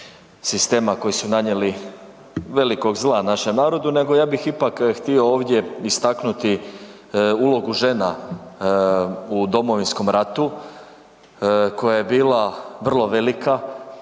sistema koji su nanijeli velikog zla našem narodu nego ja bih ipak htio ovdje istaknuti ulogu žena u Domovinskom ratu koja je bila vrlo velika